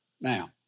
Now